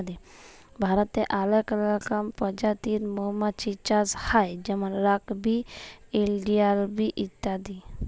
ভারতে অলেক পজাতির মমাছির চাষ হ্যয় যেমল রক বি, ইলডিয়াল বি ইত্যাদি